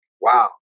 wow